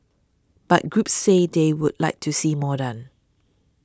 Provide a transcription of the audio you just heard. but groups say they would like to see more done